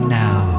now